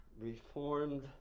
reformed